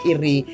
Iri